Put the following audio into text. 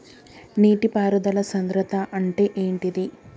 నీటి పారుదల సంద్రతా అంటే ఏంటిది?